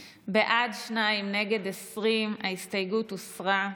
שניים, נגד, 20. ההסתייגות הוסרה.